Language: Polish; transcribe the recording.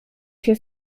się